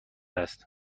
است